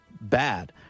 bad